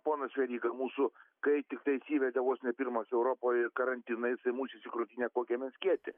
ponas veryga mūsų kai tiktais įvedė vos ne pirmas europoj karantiną mušis į krūtinę kokie mes kieti